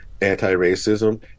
anti-racism